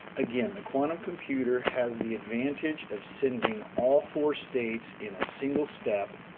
again, the quantum computer has the advantage of sending all four states in a single step,